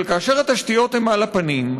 אבל כאשר התשתיות הן על הפנים,